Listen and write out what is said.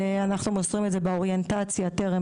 אנחנו מוסרים את זה באוריינטציה טרם